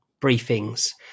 briefings